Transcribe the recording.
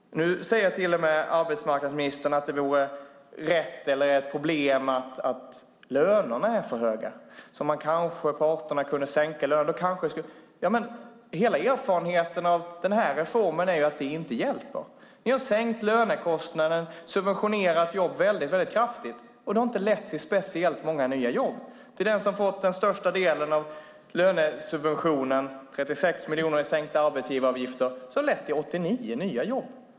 Nu säger till och med arbetsmarknadsministern att det är ett problem att lönerna är för höga. Kanske parterna kunde sänka lönerna. Då kanske det skulle bli annorlunda. Hela erfarenheten av den här reformen är att det inte hjälper. Ni har sänkt lönekostnaden och subventionerat jobb väldigt kraftigt. Det har inte lett till speciellt många nya jobb. Hos den som fått den största subventionen, 36 miljoner, har det lett till 89 nya jobb.